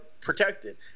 protected